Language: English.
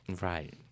Right